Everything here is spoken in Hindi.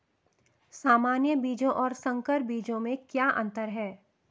सामान्य बीजों और संकर बीजों में क्या अंतर है?